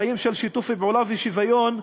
חיים של שיתוף פעולה ושוויון,